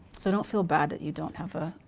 so don't feel bad that you don't have a